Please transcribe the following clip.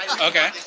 Okay